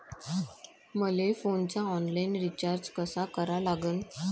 मले फोनचा online recharge कसा करा लागन?